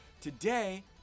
today